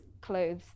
clothes